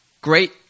great